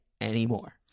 anymore